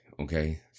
okay